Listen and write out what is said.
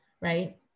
right